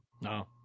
No